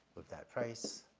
with that price,